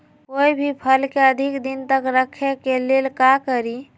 कोई भी फल के अधिक दिन तक रखे के ले ल का करी?